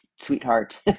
sweetheart